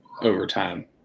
overtime